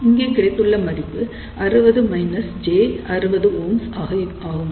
இங்கே கிடைத்துள்ள மதிப்பு 60 j60Ω ஆகும்